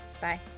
bye